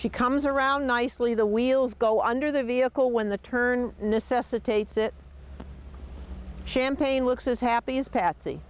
she comes around nicely the wheels go under the vehicle when the turn necessitates it champagne looks as happy as patsy